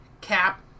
cap